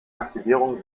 aktivierung